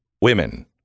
women